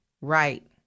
Right